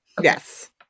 Yes